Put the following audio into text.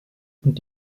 und